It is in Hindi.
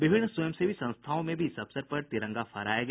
विभिन्न स्वयंसेवी संस्थाओं में भी इस अवसर पर तिरंगा फहराया गया